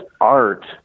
art